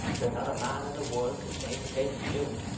there's not a man in the world can say the same as you,